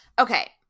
okay